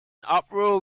uproar